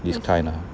this kind ah